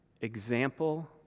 example